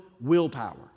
willpower